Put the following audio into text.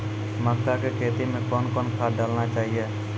मक्का के खेती मे कौन कौन खाद डालने चाहिए?